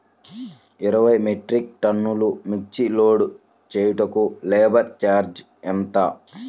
ఇరవై మెట్రిక్ టన్నులు మిర్చి లోడ్ చేయుటకు లేబర్ ఛార్జ్ ఎంత?